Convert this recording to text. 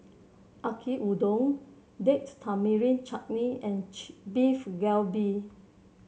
Yaki Udon Date Tamarind Chutney and Beef Galbi